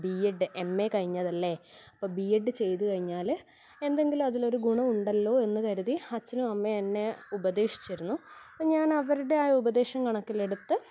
B Ed M A കഴിഞ്ഞതല്ലേ അപ്പം B Ed ചെയ്ത് കഴിഞ്ഞാല് എന്തെങ്കിലും അതിലൊരു ഗുണം ഉണ്ടല്ലോ എന്ന് കരുതി അച്ഛനും അമ്മയും എന്നെ ഉപദേശിച്ചിരുന്നു അപ്പം ഞാൻ അവരുടെ ആ ഉപദേശം കണക്കിലെടുത്ത്